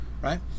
right